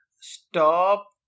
stop